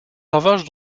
ravages